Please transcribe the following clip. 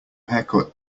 haircut